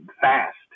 fast